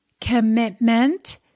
commitment